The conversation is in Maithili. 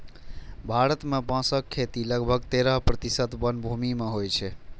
भारत मे बांसक खेती लगभग तेरह प्रतिशत वनभूमि मे होइ छै